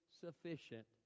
sufficient